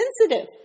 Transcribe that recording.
sensitive